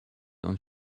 ond